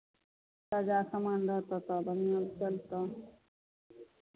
ताजा सामान रहतह तऽ बढ़िआँसँ चलतह